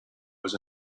was